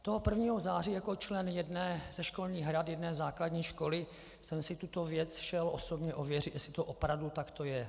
Toho 1. září jako člen jedné ze školních rad jedné základní školy jsem si tuto věc šel osobně ověřit, jestli to opravdu takto je.